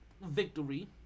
victory